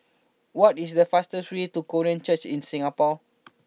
What is the fastest way to Korean Church in Singapore